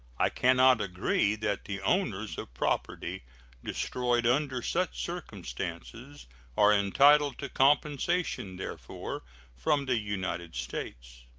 i can not agree that the owners of property destroyed under such circumstances are entitled to compensation therefor from the united states.